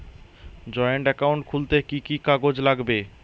Joint account খুলতে কি কি কাগজ লাগবে?